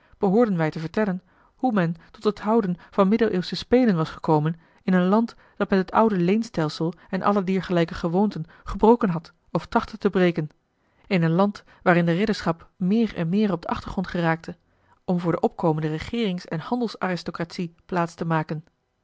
behoorden wij te vertellen hoe men tot het houden van middeleeuwsche spelen was gekomen in een land dat met het oude leenstelsel en alle diergelijke gewoonten gebroken had of trachtte te breken in een land waarin de ridderschap meer en meer op den achtergrond geraakte om voor de opkomende regeerings en handels aristocratie plaats te maken